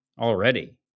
Already